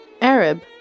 Arab